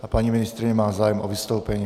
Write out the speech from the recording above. A paní ministryně má zájem o vystoupení.